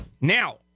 Now